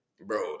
bro